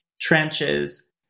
trenches